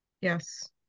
Yes